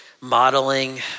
modeling